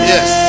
Yes